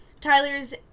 Tyler's